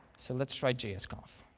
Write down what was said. so let's try jsconf.